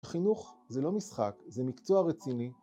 חינוך זה לא משחק, זה מקצוע רציני